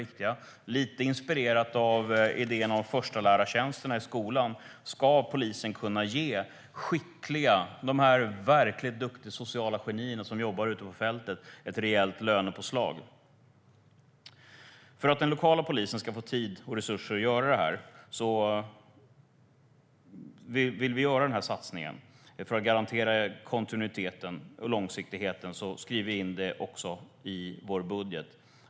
Det är lite inspirerat av idén om förstelärartjänsterna i skolan. Polisen ska kunna ge skickliga poliser, de verkligt duktiga sociala genierna som jobbar ute på fältet, ett rejält lönepåslag. Vi vill göra den satsningen för att den lokala polisen ska få tid och resurser att göra detta arbete. För att garantera kontinuiteten och långsiktigheten skriver vi också in det i vår budget.